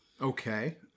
Okay